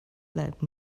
like